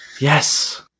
Yes